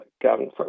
Gavin